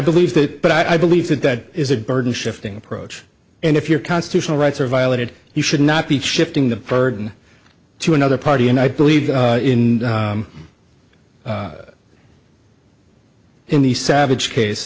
believe that but i believe that that is a burden shifting approach and if your constitutional rights are violated you should not be shifting the burden to another party and i believe in in the savage case